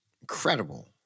incredible